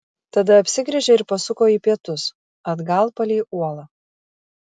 tada apsigręžė ir pasuko į pietus atgal palei uolą